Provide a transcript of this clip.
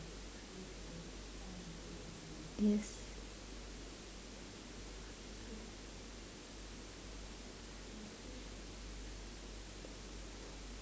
yes